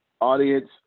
audience